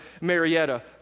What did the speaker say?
Marietta